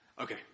Okay